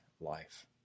life